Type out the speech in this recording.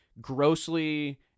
grossly